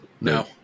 no